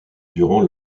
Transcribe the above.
durant